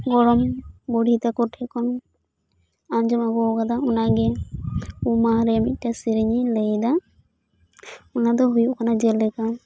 ᱤᱧ ᱫᱚ ᱜᱚᱲᱚᱢ ᱵᱩᱰᱦᱤ ᱛᱟᱠᱩᱴᱷᱮᱱ ᱠᱷᱚᱱ ᱟᱸᱡᱚᱢ ᱟᱹᱜᱩ ᱟᱠᱟᱫᱟ ᱚᱱᱟᱜᱤ ᱩᱢ ᱢᱟᱦᱟ ᱨᱮᱱᱟᱜ ᱢᱤᱫᱴᱮᱱ ᱥᱤᱨᱤᱧ ᱤᱧ ᱞᱟᱹᱭ ᱮᱫᱟ ᱚᱱᱟ ᱫᱚ ᱦᱩᱭᱩᱜ ᱠᱟᱱᱟ ᱡᱮᱞᱮᱠᱟ